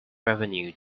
revenues